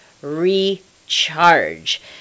recharge